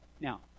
Now